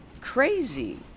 crazy